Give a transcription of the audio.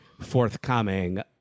forthcoming